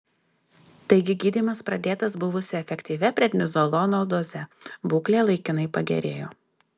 taigi gydymas pradėtas buvusia efektyvia prednizolono doze būklė laikinai pagerėjo